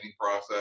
process